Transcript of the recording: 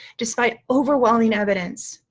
despite overwhelming evidence,